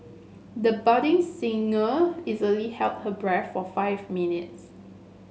the budding singer easily held her breath for five minutes